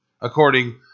according